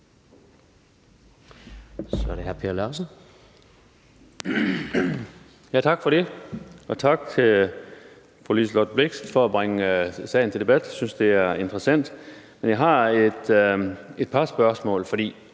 Tak for det. Og tak til fru Liselott Blixt for at bringe sagen til debat. Jeg synes, det er interessant. Jeg har et par spørgsmål,